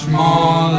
more